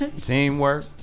Teamwork